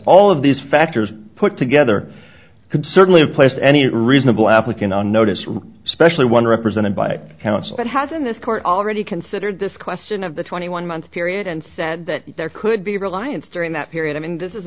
all of these factors put together could certainly have placed any reasonable applicant on notice especially one represented by counsel but has in this court already considered this question of the twenty one month period and said that there could be reliance during that period i mean this is